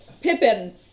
Pippin